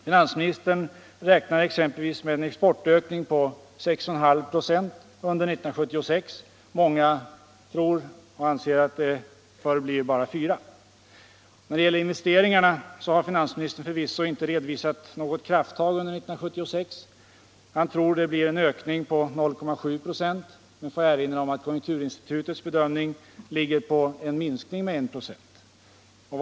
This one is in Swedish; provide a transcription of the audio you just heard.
Finansministern räknar exempelvis med en exportökning på 6,5 96 under 1976. Många tror att det snarare blir bara 4 96. När det gäller investeringarna har finansministern förvisso inte redovisat något krafttag under 1976. Finansministern tror att det blir en ökning på 0,7 96. Då får jag erinra om att konjunkturinstitutets bedömningar ligger på en minskning med 1 96.